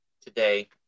today